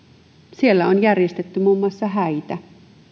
siellä on järjestetty muun muassa häitä